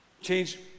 Change